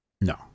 No